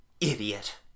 Idiot